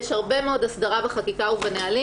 יש הרבה מאוד הסדרה בחקיקה ובנהלים